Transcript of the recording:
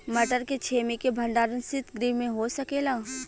मटर के छेमी के भंडारन सितगृह में हो सकेला?